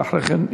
ואחרי כן,